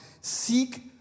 seek